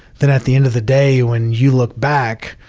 then at the end of the day, when you look back,